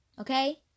Okay